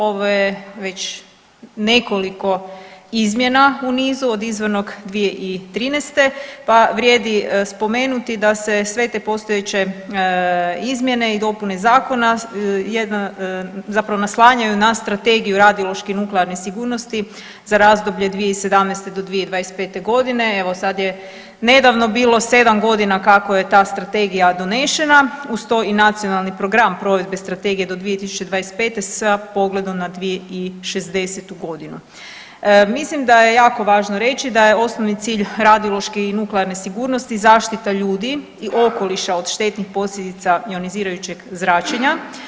Ovo je već nekoliko izmjena u nizu od izvornog 2013., pa vrijedi spomenuti da se sve te postojeće izmjene i dopune zakona zapravo naslanjaju na strategiju radiološke i nuklearne sigurnosti za razdoblje 2017. do 2025.g., evo sad je nedavno bilo 7.g. kako je ta strategija donešena, uz to i Nacionalni program provedbe strategije do 2025. sa pogledom na 2060.g. Mislim da je jako važno reći da je osnovni cilj radiološke i nuklearne sigurnosti zaštita ljudi i okoliša od štetnih posljedica ionizirajućeg zračenja.